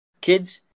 Kids